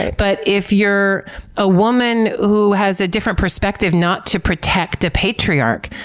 but if you're a woman who has a different perspective not to protect a patriarch,